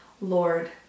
Lord